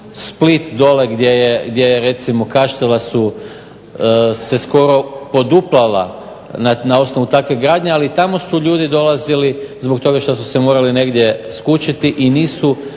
Split dole gdje je recimo Kaštela su se skoro poduplala na osnovu takve gradnje, ali tamo su ljudi dolazili zbog toga što su se morali negdje skućiti i nisu